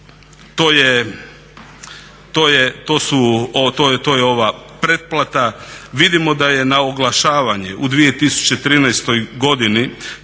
to je ova pretplata. Vidimo da je na oglašavanje u 2013. godini